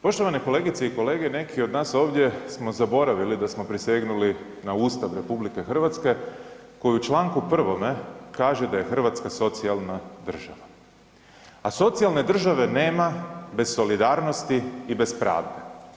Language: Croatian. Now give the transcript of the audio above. Poštovane kolegice i kolege, neki od nas ovdje smo zaboravili da smo prisegnuli na Ustav RH koji u čl. 1. kaže da je RH socijalna država, a socijalne države nema bez solidarnosti i bez pravde.